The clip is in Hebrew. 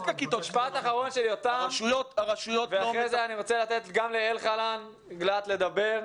משפט אחרון של יותם ואחרי זה אני רוצה לתת גם לאלחנן גלט לדבר.